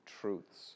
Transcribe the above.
truths